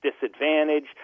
disadvantage